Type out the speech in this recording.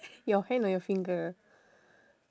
your hand or your finger